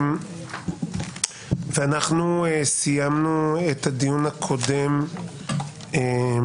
אנחנו סיימנו את הדיון הקודם עם